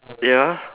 ya